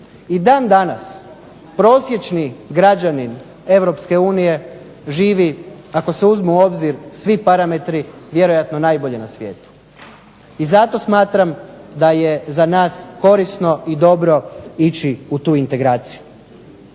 i dan danas prosječni građanin Europske unije živi, ako se uzmu u obzir svi parametri vjerojatno najbolje na svijetu. I zato smatram da je za nas korisno i dobro ići u tu integraciju.